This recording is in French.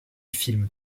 film